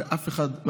ואף אחד,